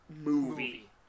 movie